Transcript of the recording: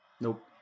Nope